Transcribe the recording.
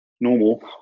normal